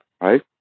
right